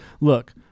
look